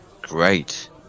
Great